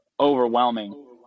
overwhelming